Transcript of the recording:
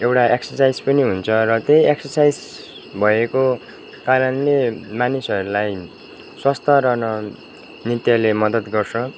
एउटा एक्ससाइज पनि हुन्छ र त्यही एक्ससाइज भएको कारणले मानिसहरूलाई स्वस्थ रहन नृत्यले मद्दत गर्छ